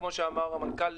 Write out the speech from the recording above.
כמו שאמר המנכ"ל,